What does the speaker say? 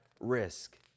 risk